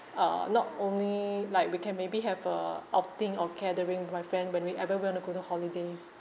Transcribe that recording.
uh not only like we can maybe have a outing or gathering with my friend when we ever want to go to holidays